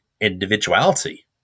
individuality